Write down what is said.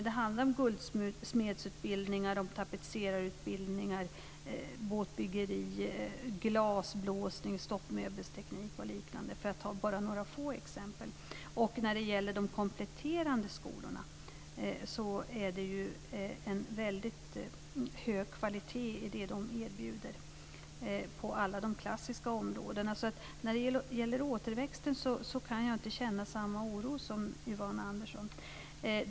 Det handlar om guldsmedsutbildningar, tapetserarutbildningar, båtbyggeri, glasblåsning, stoppmöbelsteknik och liknande, för att bara ta några få exempel. Dessutom är det en väldigt hög kvalitet på det som de kompletterande skolorna erbjuder på alla de klassiska områdena. Jag kan inte känna samma oro som Yvonne Andersson när det gäller återväxten.